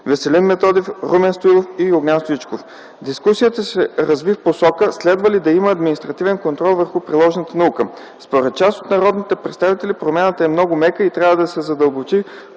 Веселин Методиев, Румен Стоилов и Огнян Стоичков. Дискусията се разви в посока следва ли да има административен контрол върху приложната наука. Според част от народните представители промяната е много „мека” и трябва да се задълбочи